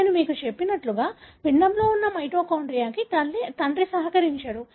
నేను మీకు చెప్పినట్లుగా పిండంలో ఉన్న మైటోకాండ్రియాకు తండ్రి సహకరించడు